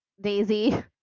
Daisy